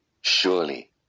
Surely